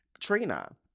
Trina